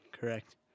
Correct